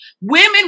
Women